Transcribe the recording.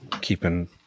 keeping